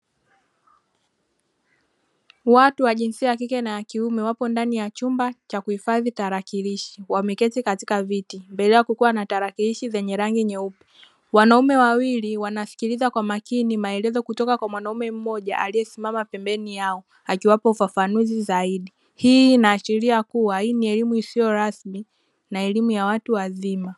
Watu wa jinsia ya kike na ya kiume wapo ndani ya chumba cha kuhifadhi tarakilishi, wameketi katika viti; mbele yao kukiwa na tarakilishi zenye rangi nyeupe. Wanaume wawili wanasikiliza kwa makini maelezo kutoka kwa mwanaume mmoja aliyesimama pembeni yao akiwapa ufafanuzi zaidi. Hii inaashiria kuwa hii ni elimu isiyo rasmi na elimu ya watu wazima.